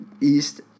East